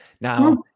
now